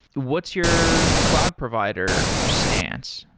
what's your cloud provider stance?